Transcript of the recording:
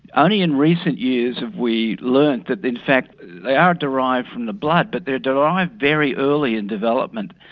only in recent years have we learned that in fact they are derived from the blood but they're derived very early in development,